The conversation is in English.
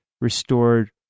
restored